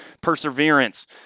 perseverance